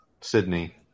Sydney